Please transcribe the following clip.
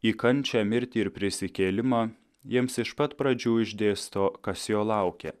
į kančią mirtį ir prisikėlimą jiems iš pat pradžių išdėsto kas jo laukia